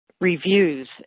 reviews